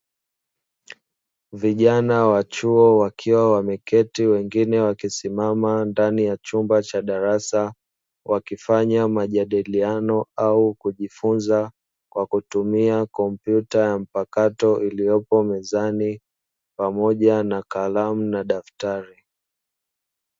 Vijana wa chuo wakiwa wameketi wengine wakisimama ndani ya chumba cha darasa, wakifanya majadiliano au kujifunza kwa kutumia ya kompyuta mpakato iliyopo mezani pamoja na kalamu na daftari.